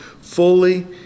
fully